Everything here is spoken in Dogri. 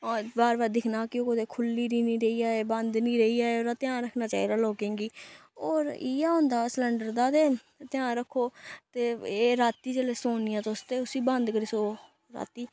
होर बार बार दिक्खना कि कुतै खुल्ली दी निं रेही जाए बंद निं रेही जाए ओह्दा ध्यान रक्खना चाहिदा लोकें गी होर इ'ये होंदा सलैंडर दा ते ध्यान रक्खो ते एह् राती जेल्लै सोन्नियां तुस ते उस्सी बंद करी सोवो राती